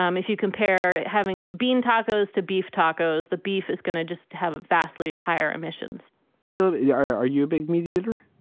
um if you compare having being taco's to beef tacos, the beef is going to just have vastly higher emissions q yeah are are you a big mediator?